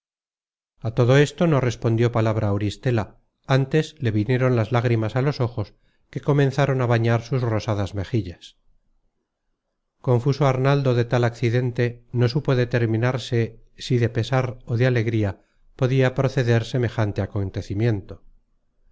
a todo esto no respondió palabra auristela antes le vi content from google book search generated at nieron las lágrimas á los ojos que comenzaron á bañar sus rosadas mejillas confuso arnaldo de tal accidente no supo determinarse si de pesar ó de alegría podia proceder semejante acontecimiento